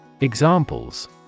Examples